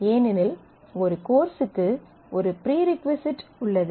ஏனெனில் ஒரு கோர்ஸ்க்கு ஒரு ப்ரீ ரிக்வசைட் உள்ளது